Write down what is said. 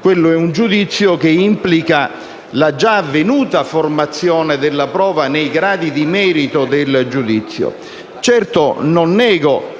Quello è un giudizio che implica la già avvenuta formazione della prova nei gradi di merito del giudizio. Certo, non nego